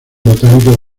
botánico